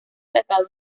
destacado